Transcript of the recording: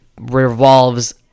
revolves